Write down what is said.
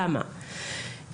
למה,